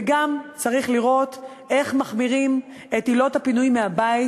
וגם צריך לראות איך מחמירים את עילות הפינוי מהבית,